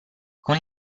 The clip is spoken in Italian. con